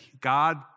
God